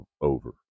over